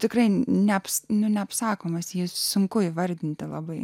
tikrai neap nu neapsakomas jį sunku įvardinti labai